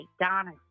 Donna